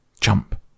jump